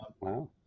wow